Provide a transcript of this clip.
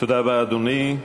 תודה רבה, אדוני.